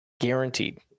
Guaranteed